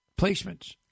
placements